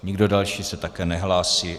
Nikdo další se také nehlásí.